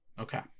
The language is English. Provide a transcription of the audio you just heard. Okay